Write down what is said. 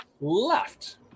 left